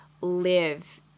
live